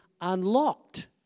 unlocked